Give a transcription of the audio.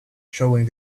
showing